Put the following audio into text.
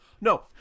No